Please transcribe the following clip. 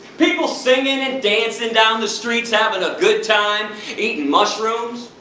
people singing and dancing down the streets, having a good time eating mushrooms?